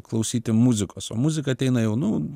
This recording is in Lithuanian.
klausyti muzikos o muzika ateina jau nu